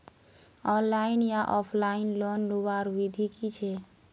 Online या offline loan लुबार विधि की छे?